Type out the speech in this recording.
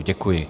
Děkuji.